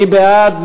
מי בעד?